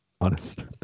honest